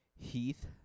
Heath